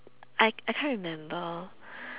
I I can't remember